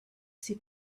sie